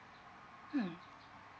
mm